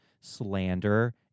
slander